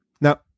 now